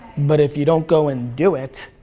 but if you don't go and do it,